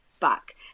back